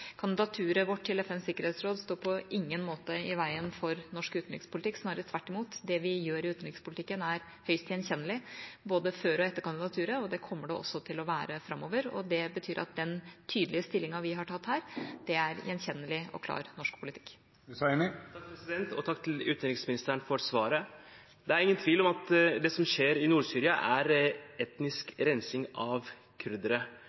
Kandidaturet vårt til FNs sikkerhetsråd står på ingen måte i veien for norsk utenrikspolitikk – snarere tvert imot. Det vi gjør i utenrikspolitikken, er høyst gjenkjennelig både før og etter kandidaturet, og det kommer det også til å være framover. Det betyr at den tydelige stillingen vi har tatt her, er gjenkjennelig og klar norsk politikk. Takk til utenriksministeren for svaret. Det er ingen tvil om at det som skjer i Nord-Syria, er etnisk rensing av kurdere.